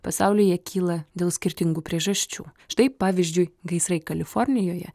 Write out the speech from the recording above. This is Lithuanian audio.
pasaulyje kyla dėl skirtingų priežasčių štai pavyzdžiui gaisrai kalifornijoje